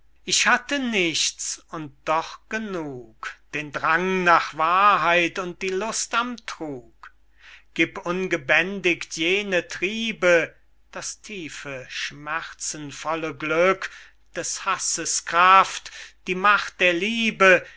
ich hatte nichts und doch genug den drang nach wahrheit und die lust am trug gieb ungebändigt jene triebe das tiefe schmerzenvolle glück des hasses kraft die macht der liebe